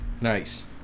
Nice